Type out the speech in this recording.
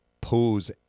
pose